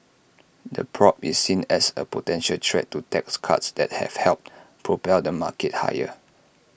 the probe is seen as A potential threat to tax cuts that have helped propel the market higher